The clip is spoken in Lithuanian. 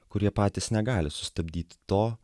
kurie patys negali sustabdyti to